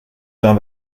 jean